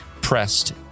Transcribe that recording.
pressed